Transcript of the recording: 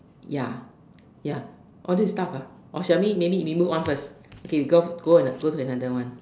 ya ya oh this is tough ah or shall we maybe move on first okay we go we go to another one